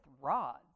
rods